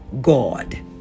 God